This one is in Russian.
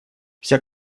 вся